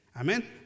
amen